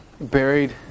buried